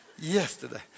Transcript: Yesterday